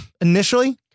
initially